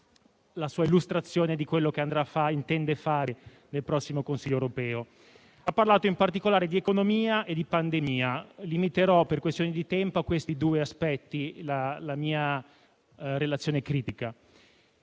la sua illustrazione di ciò che intende fare nel prossimo Consiglio europeo. Ha parlato, in particolare, di economia e di pandemia. Per questioni di tempo limiterò a questi due aspetti la mia relazione critica.